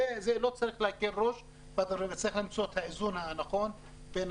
זה לא צריך להקל ראש וצריך למצוא את האיזון הנכון בין